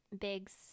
Big's